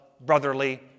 brotherly